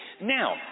Now